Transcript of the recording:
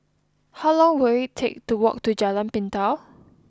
how long will it take to walk to Jalan Pintau